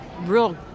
real